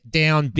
down